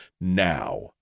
now